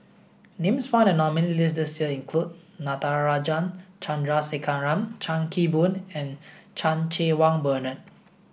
names found in the nominees' list this year include Natarajan Chandrasekaran Chan Kim Boon and Chan Cheng Wah Bernard